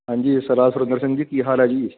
ਹਾਂਜੀ ਸਰਦਾਰ ਸੁਰਿੰਦਰ ਸਿੰਘ ਜੀ ਕੀ ਹਾਲ ਹੈ ਜੀ